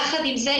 יחד עם זה,